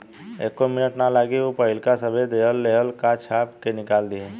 एक्को मिनट ना लागी ऊ पाहिलका सभे लेहल देहल का छाप के निकल दिहि